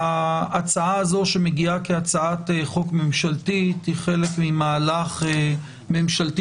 ההצעה הזו מגיעה כהצעת חוק ממשלתית והיא חלק ממהלך ממשלתי